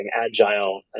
agile